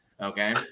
okay